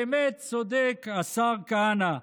באמת צודק השר כהנא,